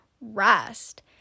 rest